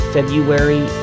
February